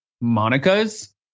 Monica's